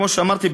כמו שאמרתי,